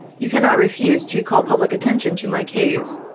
you cannot refuse to call public attention to my case,